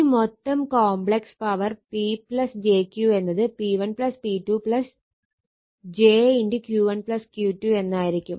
ഇനി മൊത്തം complex power P j Q എന്നത് P1 P2 j Q1 Q2 എന്നായിരിക്കും